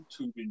YouTube